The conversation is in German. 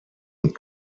und